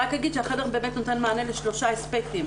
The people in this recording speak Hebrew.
החדר באמת נותן מענה לשלושה אספקטים.